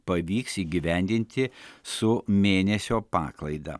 pavyks įgyvendinti su mėnesio paklaida